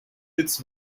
its